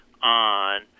on